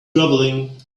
travelling